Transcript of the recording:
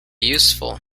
useful